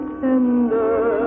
tender